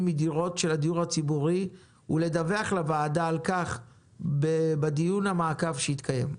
מדירות של הדיור הציבורי ולדווח לוועדה על כך בדיון המעקב שיתקיים.